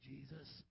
Jesus